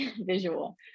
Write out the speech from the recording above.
visual